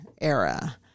era